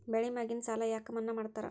ಬೆಳಿ ಮ್ಯಾಗಿನ ಸಾಲ ಯಾಕ ಮನ್ನಾ ಮಾಡ್ತಾರ?